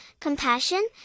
compassion